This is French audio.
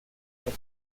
pas